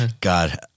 god